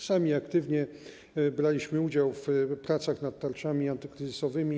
Sami aktywnie braliśmy udział w pracach nad tarczami antykryzysowymi.